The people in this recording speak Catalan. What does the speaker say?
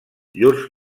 llurs